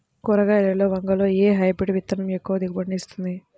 కూరగాయలలో వంగలో ఏ హైబ్రిడ్ విత్తనం ఎక్కువ దిగుబడిని ఇస్తుంది?